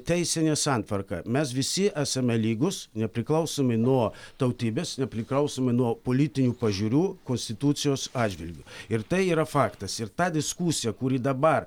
teisinę santvarką mes visi esame lygūs nepriklausomai nuo tautybės nepriklausomai nuo politinių pažiūrų konstitucijos atžvilgiu ir tai yra faktas ir ta diskusija kuri dabar